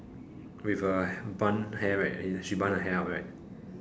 with a bun hair right right she bun her hair up right